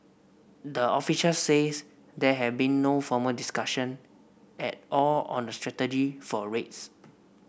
the officials says there have been no formal discussion at all on a strategy for rates